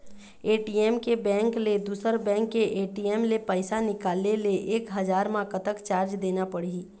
ATM के bank ले दुसर बैंक के ए.टी.एम ले पैसा निकाले ले एक हजार मा कतक चार्ज देना पड़ही?